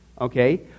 okay